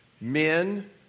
Men